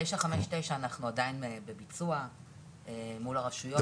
959 אנחנו עדיין בביצוע מול הרשויות,